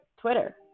Twitter